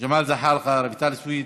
ג'מאל זחאלקה, רויטל סויד,